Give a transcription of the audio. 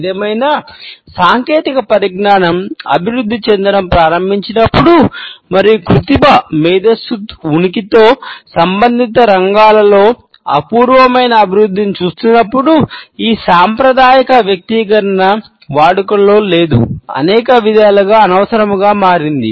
ఏదేమైనా సాంకేతిక పరిజ్ఞానం అభివృద్ధి చెందడం ప్రారంభించినప్పుడు మరియు కృత్రిమ మేధస్సు ఉనికితో సంబంధిత రంగాలలో అపూర్వమైన అభివృద్ధిని చూస్తున్నప్పుడు ఈ సాంప్రదాయిక వ్యక్తిగతీకరణ వాడుకలో లేదు అనేక విధాలుగా అనవసరంగా మారింది